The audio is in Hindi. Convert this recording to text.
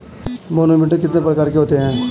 मैनोमीटर कितने प्रकार के होते हैं?